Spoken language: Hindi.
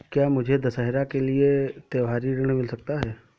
क्या मुझे दशहरा के लिए त्योहारी ऋण मिल सकता है?